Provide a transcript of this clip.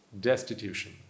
Destitution